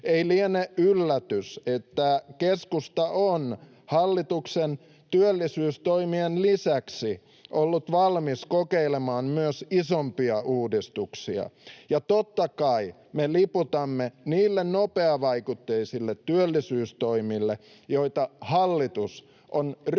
Ei liene yllätys, että keskusta on hallituksen työllisyystoimien lisäksi ollut valmis kokeilemaan myös isompia uudistuksia. Ja totta kai me liputamme niille nopeavaikutteisille työllisyystoimille, joita hallitus on ryhdikkäästi